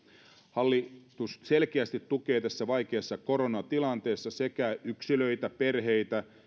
hallitus selkeästi tukee tässä vaikeassa koronatilanteessa sekä yksilöitä perheitä